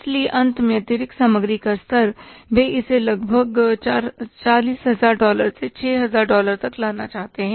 इसलिए अंत में अतिरिक्त सामग्री का स्तर वे इसे लगभग 40000 डॉलर से 6000 डॉलर तक लाना चाहते हैं